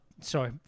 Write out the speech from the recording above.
Sorry